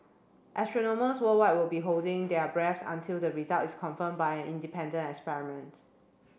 astronomers worldwide will be holding their breath until the result is confirmed by an independent experiment